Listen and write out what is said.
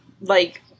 Like-